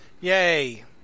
Yay